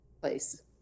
place